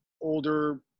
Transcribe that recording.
older